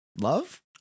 love